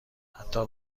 حتی